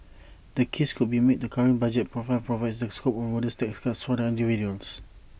the case could be made that the current budget profile provides the scope for modest tax cuts for the individuals